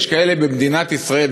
יש כאלה במדינת ישראל,